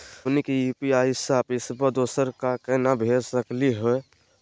हमनी के यू.पी.आई स पैसवा दोसरा क केना भेज सकली हे?